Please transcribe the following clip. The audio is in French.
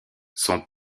son